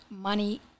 money